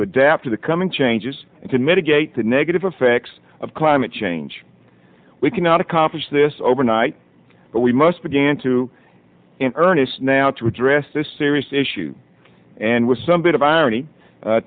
to adapt to the coming changes to mitigate the negative effects of climate change we cannot accomplish this overnight but we must began to in earnest now to address this serious issue and with some